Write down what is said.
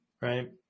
right